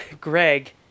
Greg